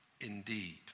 indeed